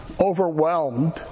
overwhelmed